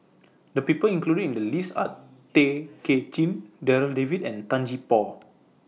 The People included in The list Are Tay Kay Chin Darryl David and Tan Gee Paw